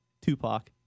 Tupac